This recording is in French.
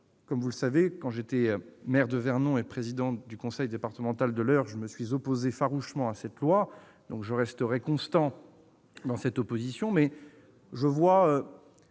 Comme vous le savez, quand j'étais maire de Vernon et président du conseil départemental de l'Eure, je m'étais opposé farouchement à ce texte. À juste raison ! Je resterai constant dans cette opposition. Ces trois